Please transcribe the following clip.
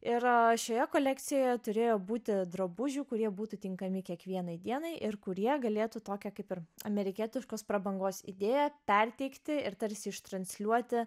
ir šioje kolekcijoje turėjo būti drabužių kurie būtų tinkami kiekvienai dienai ir kurie galėtų tokią kaip ir amerikietiškos prabangos idėją perteikti ir tarsi iš transliuoti